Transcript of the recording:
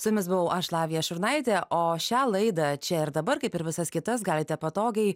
su jumis buvau aš lavija šurnaitė o šią laidą čia ir dabar kaip ir visas kitas galite patogiai